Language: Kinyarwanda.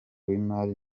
w’imari